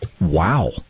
Wow